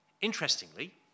Interestingly